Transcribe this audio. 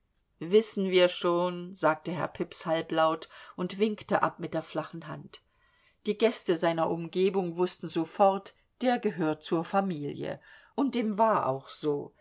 wissen wir schon sagte herr pips halblaut und winkte ab mit der flachen hand die gäste seiner umgebung wußten sofort der gehört zur familie und dem war auch so